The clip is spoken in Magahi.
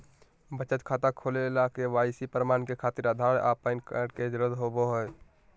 बचत खाता खोले ला के.वाइ.सी प्रमाण के खातिर आधार आ पैन कार्ड के जरुरत होबो हइ